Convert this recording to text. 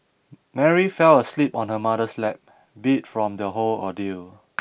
Mary fell asleep on her mother's lap beat from the whole ordeal